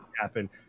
Happen